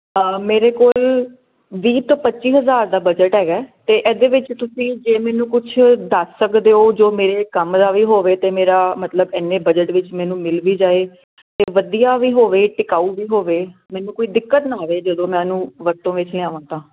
ਆ ਮੇਰੇ ਕੋਲ ਵੀਹ ਤੋਂ ਪੱਚੀ ਹਜ਼ਾਰ ਦਾ ਬਜਟ ਹੈਗਾ ਅਤੇ ਇਹਦੇ ਵਿੱਚ ਤੁਸੀਂ ਜੇ ਮੈਨੂੰ ਕੁਛ ਦੱਸ ਸਕਦੇ ਹੋ ਜੋ ਮੇਰੇ ਕੰਮ ਦਾ ਵੀ ਹੋਵੇ ਅਤੇ ਮੇਰਾ ਮਤਲਬ ਇੰਨੇ ਬਜਟ ਵਿੱਚ ਮੈਨੂੰ ਮਿਲ ਵੀ ਜਾਵੇ ਅਤੇ ਵਧੀਆ ਵੀ ਹੋਵੇ ਟਿਕਾਊ ਵੀ ਹੋਵੇ ਮੈਨੂੰ ਕੋਈ ਦਿੱਕਤ ਨਾ ਆਵੇ ਜਦੋਂ ਮੈਂ ਉਹਨੂੰ ਵਰਤੋਂ ਵਿੱਚ ਲਿਆਵਾ ਤਾਂ